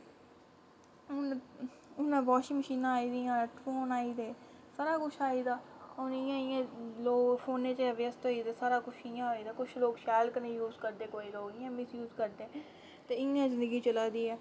हून वॉशिंग मशीनां आई दियां फोन आई दे सारा कुछ आई गेदा हून जि'यां जि'यां लोक फोनै च व्यस्त होई गेदे सारा कुछ इ'यां होई दा कुछ लोक शैल कन्नै यूज़ करदे कोई लोक इ'यां मिसयूज़ करदे ते इ'यां गै जिंदगी चला दी ऐ